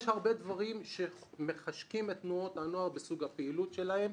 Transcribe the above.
יש הרבה דברים שמחשקים את תנועות הנוער בסוג הפעילות שלהם,